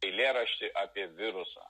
eilėraštį apie virusą